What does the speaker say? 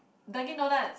Dunkin Donuts